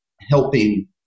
helping